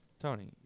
Tony